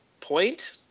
point